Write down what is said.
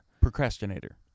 procrastinator